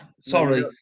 sorry